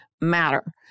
matter